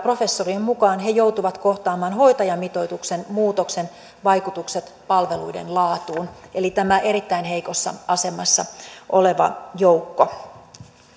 professorien mukaan he joutuvat kohtaamaan hoitajamitoituksen muutoksen vaikutukset palveluiden laatuun eli tämä erittäin heikossa asemassa oleva joukko